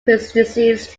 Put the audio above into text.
predeceased